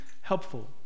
helpful